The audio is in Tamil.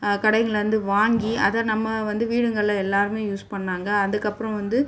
கடைங்கள்லந்து வாங்கி அதை நம்ம வந்து வீடுங்களில் எல்லாருமே யூஸ் பண்ணாங்க அதற்கப்பறம் வந்து